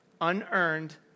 unearned